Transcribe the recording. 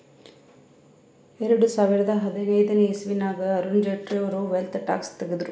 ಎರಡು ಸಾವಿರದಾ ಹದಿನೈದನೇ ಇಸವಿನಾಗ್ ಅರುಣ್ ಜೇಟ್ಲಿ ಅವ್ರು ವೆಲ್ತ್ ಟ್ಯಾಕ್ಸ್ ತಗುದ್ರು